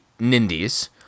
nindies